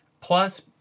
Plus